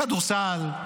כדורסל,